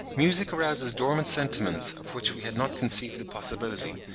music arouses dormant sentiments of which we had not conceived the possibility,